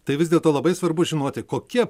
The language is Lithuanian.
tai vis dėlto labai svarbu žinoti kokie